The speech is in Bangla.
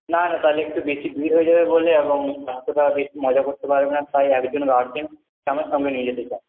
না না তাহলে একটু বেশি দূর হয়ে যাবে বলে এবং এতটা বেশি মজা করতে পারবে না তাই এতজনে যাওয়া হচ্ছে তাই আমরা সঙ্গে নিয়ে যেতে চাই